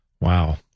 Wow